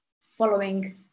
following